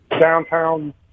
downtown